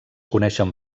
coneixen